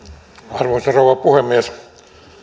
arvoisa rouva puhemies